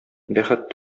бәхет